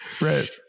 Right